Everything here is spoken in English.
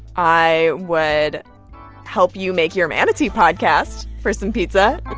i would help you make your manatee podcast for some pizza